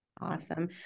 Awesome